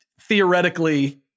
theoretically